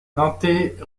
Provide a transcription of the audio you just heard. nantais